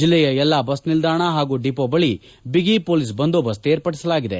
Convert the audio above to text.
ಜಿಲ್ಲೆಯ ಎಲ್ಲಾ ಬಸ್ ನಿಲ್ಲಾಣ ಹಾಗೂ ಡಿಮೋ ಬಳಿ ಬಿಗಿ ಮೋಲಿಸ್ ಬಂದೋಬಸ್ತ್ ಏರ್ಪಡಿಸಲಾಗಿದೆ